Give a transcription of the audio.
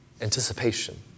Anticipation